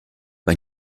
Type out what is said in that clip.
bei